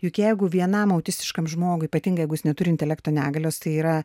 juk jeigu vienam autistiškam žmogui ypatingai jeigu jis neturi intelekto negalios tai yra